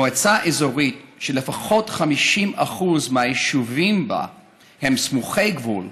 מועצה אזורית שלפחות 50% מהיישובים בה הם סמוכי גבול,